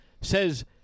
says